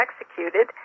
executed